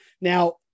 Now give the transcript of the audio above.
now